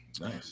nice